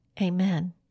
Amen